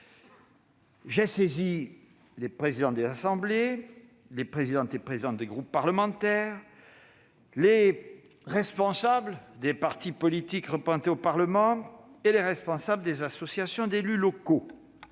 J'ai saisi les présidents des assemblées, les présidentes et présidents des groupes parlementaires, les responsables des partis politiques représentés au Parlement et les responsables des associations d'élus locaux.